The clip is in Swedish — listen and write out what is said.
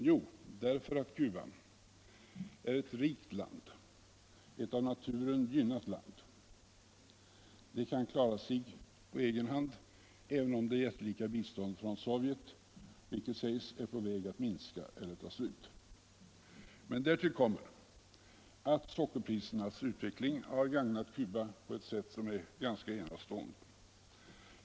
Jo, därför att Cuba är ett rikt land, ett av naturen gynnat land. Det kan klara sig på egen hand även om det jättelika biståndet från Sovjetunionen sägs vara på väg att minska eller ta slut. Men därtill kommer att sockerprisets utveckling har gagnat Cuba på ett enastående sätt.